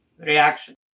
reaction